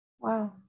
Wow